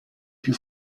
più